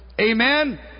amen